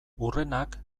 hurrenak